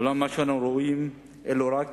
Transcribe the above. אולם מה שאנחנו רואים אלה רק